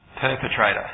perpetrator